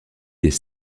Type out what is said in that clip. des